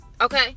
okay